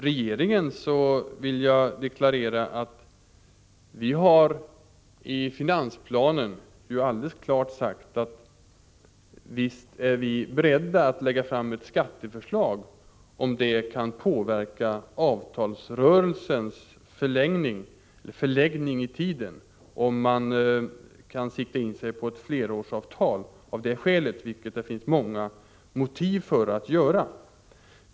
Regeringen har i finansplanen alldeles klart sagt att den är beredd att lägga fram ett skatteförslag om det kan påverka avtalsrörelsens förläggning i tiden, dvs. om man kan sikta in sig på ett flerårsavtal, vilket det finns många motiv för.